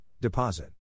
deposit